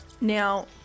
Now